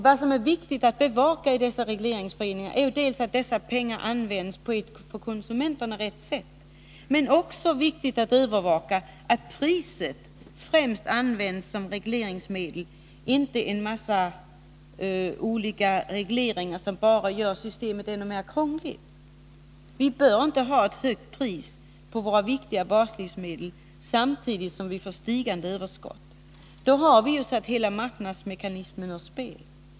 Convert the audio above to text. Vad som är viktigt att bevaka i dessa regleringsföreningar är dels att dessa pengar används på ett för konsumenterna riktigt sätt, dels att främst priset används som regleringsmedel — inte en mängd olika regleringar som bara gör systemet ännu mer krångligt. Vi bör inte ha ett högt pris på våra viktiga baslivsmedel samtidigt som vi får stigande överskott. Då har vi ju satt hela marknadsmekanismen ur spel.